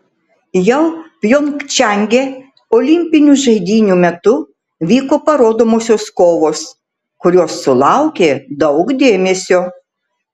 jau pjongčange olimpinių žaidynių metu vyko parodomosios kovos kurios sulaukė daug dėmesio